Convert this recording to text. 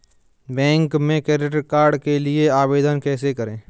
Bank में credit card के लिए आवेदन कैसे करें?